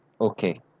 Okay